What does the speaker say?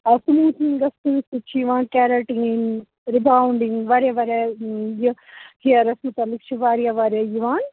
سموٗتھنِنٛگَس سۭتۍ سۭتۍ چھِ یِوان کیٚراٹیٖن رِباوُنٛڈِنٛگ واریاہ واریاہ یہِ ہیَرَس مُتعلِق چھِ واریاہ واریاہ یِوان